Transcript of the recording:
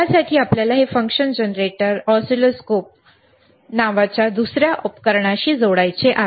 त्यासाठी आपल्याला हे फंक्शन जनरेटर ऑसिलोस्कोप नावाच्या दुसऱ्या उपकरणाशी जोडायचे आहे